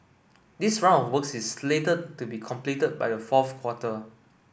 this round of works is slated to be completed by the fourth quarter